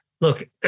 Look